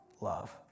love